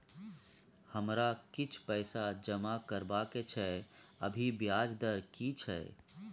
हमरा किछ पैसा जमा करबा के छै, अभी ब्याज के दर की छै?